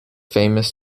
famous